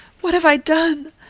what have i done?